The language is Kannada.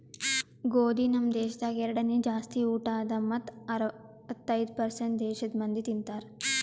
ಗೋದಿ ನಮ್ ದೇಶದಾಗ್ ಎರಡನೇ ಜಾಸ್ತಿ ಊಟ ಅದಾ ಮತ್ತ ಅರ್ವತ್ತೈದು ಪರ್ಸೇಂಟ್ ದೇಶದ್ ಮಂದಿ ತಿಂತಾರ್